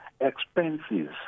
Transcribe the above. expenses